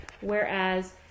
whereas